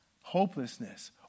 hopelessness